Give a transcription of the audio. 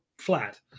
flat